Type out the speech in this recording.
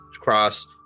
cross